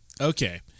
okay